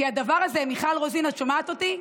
כי הדבר הזה, מיכל רוזין, את שומעת אותי?